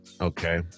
okay